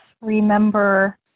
remember